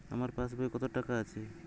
আমার পাসবই এ কত টাকা আছে?